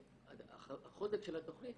החוזק של התוכנית,